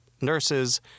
nurses